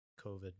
COVID